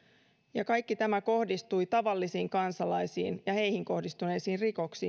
kaikki tämä kohdistui tavallisiin kansalaisiin ja heihin kohdistuneisiin rikoksiin